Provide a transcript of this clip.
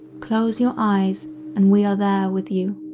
close your eyes and we are there with you,